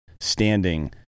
standing